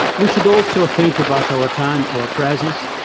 we should also think about our time, our presence,